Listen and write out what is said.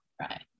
right